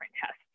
tests